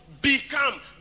become